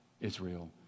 Israel